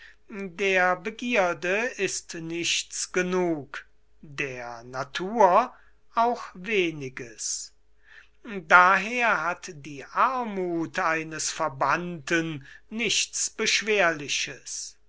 der begierde ist nichts genug der natur auch weniges daher hat die armuth eines verbannten nichts beschwerliches